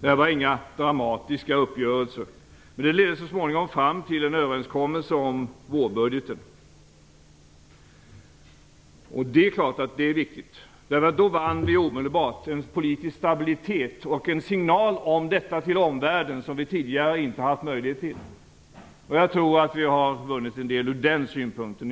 Det här var inga dramatiska uppgörelser, men så småningom ledde de fram till en överenskommelse om vårbudgeten. Det är klart att det är viktigt. Därigenom vann vi omedelbart politisk stabilitet och gav en signal om detta till omvärlden som vi tidigare inte haft möjlighet till. Jag tror att vi har vunnit en del ur den synpunkten.